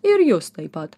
ir jus taip pat